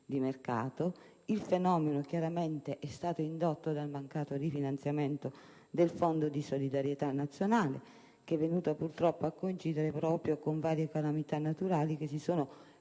Il fenomeno chiaramente è stato indotto dal mancato rifinanziamento del Fondo di solidarietà nazionale, che è venuto purtroppo a coincidere con varie calamità naturali che si sono verificate,